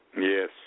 Yes